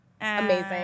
Amazing